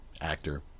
actor